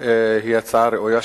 היא הצעה ראויה,